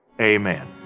amen